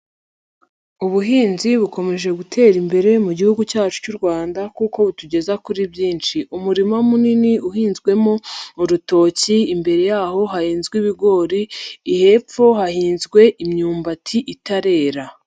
Ubuhinzi bukomeje gutera imbere mu gihugu cyacu cy'u Rwanda kuko butugeza kuri byinshi. Umurima munini uhinzwemo urutoki, imbere y'aho hahinzwe ibigori, hepfo hahinzwe imyumbati itarera.